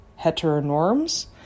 heteronorms